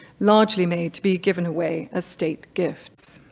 largely made to be given away as state gifts.